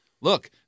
look